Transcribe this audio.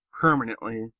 permanently